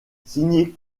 signée